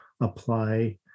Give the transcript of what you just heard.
apply